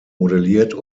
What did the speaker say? modelliert